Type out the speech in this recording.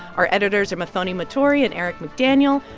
our editors are muthoni muturi and eric mcdaniel.